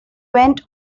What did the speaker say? went